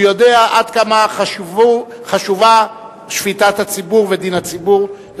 הוא יודע עד כמה חשובה שפיטת הציבור ודין הציבור.